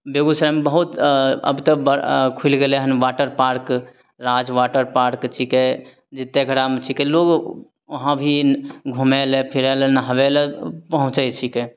बेगूसरायमे बहुत अब तऽ खुलि गेलय हन water park Raj water park छीकै जे तेघड़ामे छीकै लोग वहाँ भी घूमय लए फिरय लए नहबय लए पहुँचय छीकै